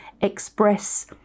express